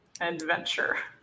adventure